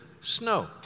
snow